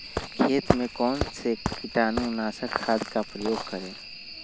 खेत में कौन से कीटाणु नाशक खाद का प्रयोग करें?